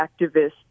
activists